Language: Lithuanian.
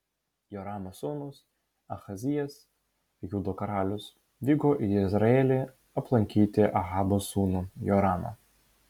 joramo sūnus ahazijas judo karalius vyko į jezreelį aplankyti ahabo sūnų joramą